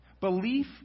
belief